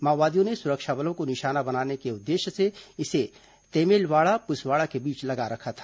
माओवादियों ने सुरक्षा बलों को निशाना बनाते के उद्देश्य से इसे तेमेलवाड़ा पुसवाड़ा के बीच लगा रखा था